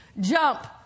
jump